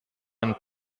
ein